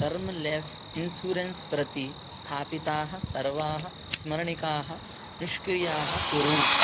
term life insurance प्रति स्थापिताः सर्वाः स्मरणिकाः निष्क्रियाः कुरु